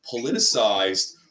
politicized